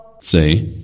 Say